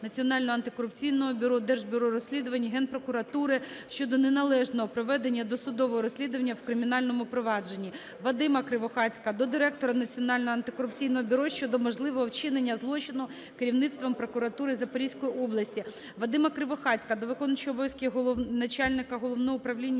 Національного антикорупційного бюро, Держбюро розслідувань, Генпрокуратури щодо неналежного проведення досудового розслідування у кримінальному провадженні. Вадима Кривохатька до директора Національного антикорупційного бюро щодо можливого вчинення злочину керівництвом прокуратури Запорізької області. Вадима Кривохатька до виконуючого обов’язки начальника Головного управління